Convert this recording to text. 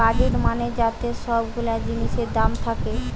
budget মানে যাতে সব গুলা জিনিসের দাম থাকে